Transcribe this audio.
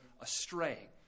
astray